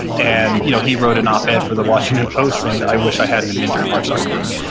and you know he wrote an op-ed for the washington post saying, i wish i hadn't mentored mark zuckerberg,